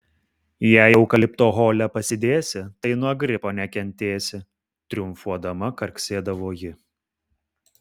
jei eukalipto hole pasidėsi tai nuo gripo nekentėsi triumfuodama karksėdavo ji